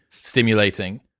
stimulating